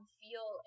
feel